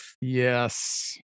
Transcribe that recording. Yes